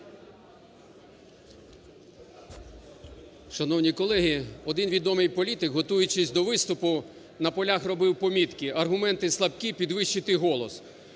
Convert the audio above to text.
Шановні колеги, один відомий політик, готуючись до виступу, на полях робив помітки: "аргументи слабкі - підвищити голос".